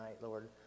Lord